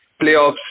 playoffs